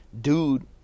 dude